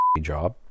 job